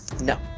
No